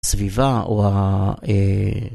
סביבה או ה...